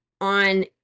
on